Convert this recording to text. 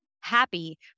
happy